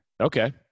Okay